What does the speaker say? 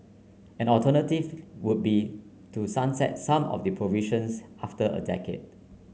an alternative would be to sunset some of the provisions after a decade